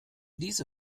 diese